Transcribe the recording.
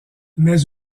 mais